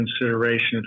consideration